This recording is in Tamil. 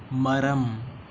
மரம்